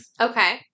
Okay